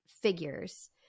figures